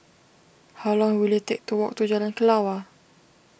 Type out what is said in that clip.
how long will it take to walk to Jalan Kelawar